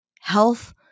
health